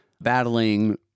battling